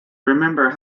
remember